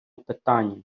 питанню